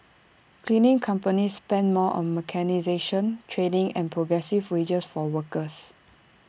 cleaning companies spend more on mechanisation training and progressive wages for workers